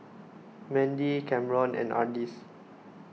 Mendy Camron and Ardis